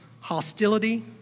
hostility